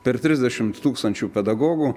per trisdešimt tūkstančių pedagogų